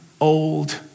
old